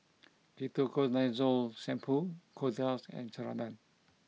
Ketoconazole shampoo Kordel's and Ceradan